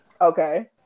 Okay